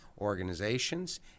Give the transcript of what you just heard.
organizations